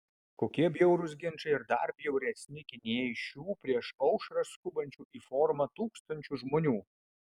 kokie bjaurūs ginčai ir dar bjauresni gynėjai šių prieš aušrą skubančių į forumą tūkstančių žmonių